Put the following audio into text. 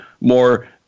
more